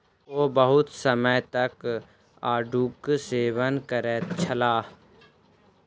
ओ बहुत समय तक आड़ूक सेवन करैत छलाह